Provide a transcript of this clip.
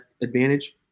advantage